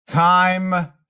Time